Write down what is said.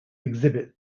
exhibit